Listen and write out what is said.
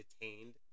detained